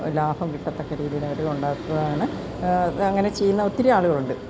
ലാഭം കിട്ടത്തക്ക രീതിയിൽ അവര് ഉണ്ടാക്കുകയാണ് അങ്ങനെ ചെയ്യുന്ന ഒത്തിരി ആളുകളുണ്ട്